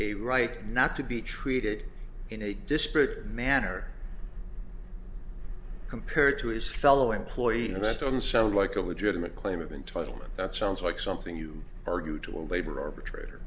a right not to be treated in a disparate manner compared to his fellow employees and that doesn't sound like a legitimate claim of entitlement that sounds like something you argue to a labor arbitrator